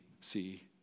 see